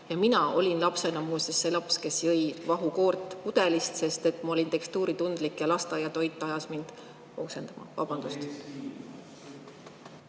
Mina olin lapsena muuseas see laps, kes jõi vahukoort pudelist, sest ma olin tekstuuritundlik ja lasteaiatoit ajas mind oksele. Vabandust!